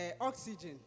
oxygen